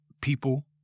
people